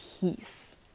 peace